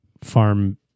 farm